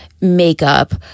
makeup